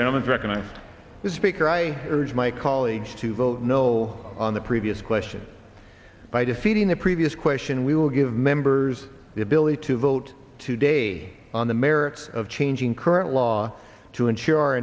gentlemen to recognize the speaker i urge my colleagues to vote no on the previous question by defeating the previous question we will give members the ability to vote today on the merits of changing current law to ensure our